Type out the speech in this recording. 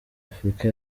africa